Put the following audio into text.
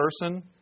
person